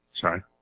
Sorry